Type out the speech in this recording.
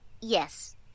Yes